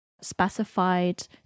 specified